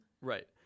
Right